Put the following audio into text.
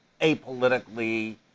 apolitically